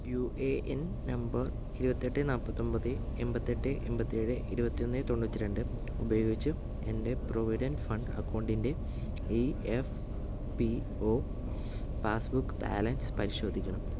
U A N നമ്പർ ഇരുപത്തെട്ട് നാപ്പത്തൊമ്പത് എൺപത്തെട്ട് എൺപത്തേഴ് ഇരുപത്തൊന്ന് തൊണ്ണൂറ്റി രണ്ട് ഉപയോഗിച്ച് എൻ്റെ പ്രൊവിഡന്റ് ഫണ്ട് അക്കൗണ്ടിൻ്റെ E P F O passbook balance പരിശോധിക്കണം